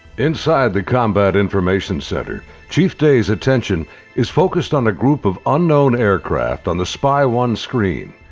inside the combat information center chief day's attention is focused on a group of unknown aircraft on the spy one screen.